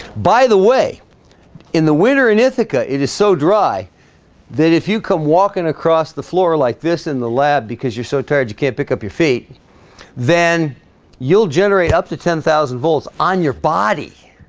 by the way in the winter in ithaca it is so dry that if you come walking across the floor like this in the lab because you're so tired you can't pick up your feet then you'll generate up to ten thousand volts on your body